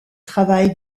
travaille